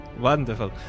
Wonderful